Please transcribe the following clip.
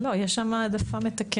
לא, יש שם העדפה מתקנת.